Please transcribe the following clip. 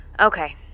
Okay